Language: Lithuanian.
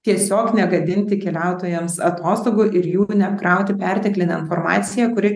tiesiog negadinti keliautojams atostogų ir jų neapkrauti pertekline informacija kuri